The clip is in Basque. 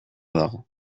dago